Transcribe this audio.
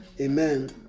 Amen